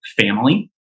family